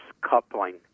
coupling